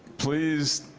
please,